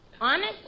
Honest